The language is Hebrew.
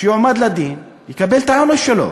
שיועמד לדין, יקבל את העונש שלו.